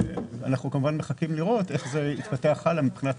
אנחנו מחכים כמובן לראות איך זה יתפתח הלאה מבחינת